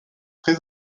très